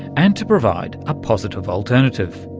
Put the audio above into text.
and to provide a positive alternative.